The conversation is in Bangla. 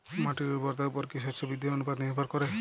মাটির উর্বরতার উপর কী শস্য বৃদ্ধির অনুপাত নির্ভর করে?